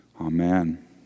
Amen